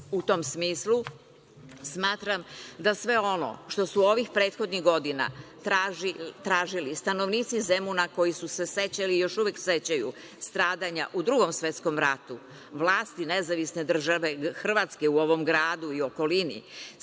tom smislu, smatram da sve ono što su ovih prethodnih godina tražili stanovnici Zemuna koji su se sećali i još uvek sećaju stradanja u Drugom svetskom ratu, vlasti NDH u ovom gradu i okolini,